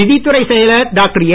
நிதித் துறை செயலர் டாக்டர் ஏ